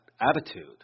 attitude